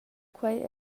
quei